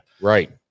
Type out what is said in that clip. right